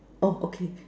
oh okay